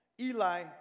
Eli